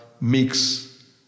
mix